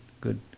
good